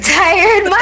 tired